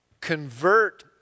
convert